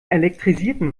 elektrisierten